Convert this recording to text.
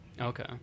Okay